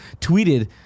tweeted